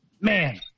man